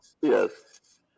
Yes